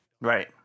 Right